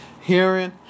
hearing